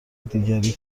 دیگری